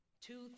Two